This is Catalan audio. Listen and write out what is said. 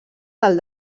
del